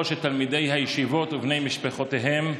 של תלמידי הישיבות ובני משפחותיהם,